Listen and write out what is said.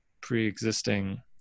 pre-existing